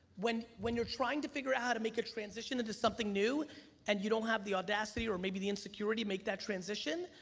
when when you're trying to figure out how to make a transition into something new and you don't have the audacity or maybe the insecurity make that transition,